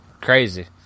Crazy